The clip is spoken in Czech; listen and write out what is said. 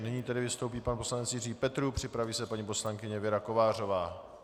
Nyní vystoupí pan poslanec Jiří Petrů, připraví se paní poslankyně Věra Kovářová.